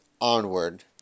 onward